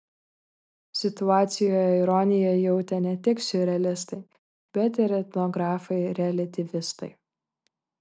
situacijoje ironiją jautė ne tik siurrealistai bet ir etnografai reliatyvistai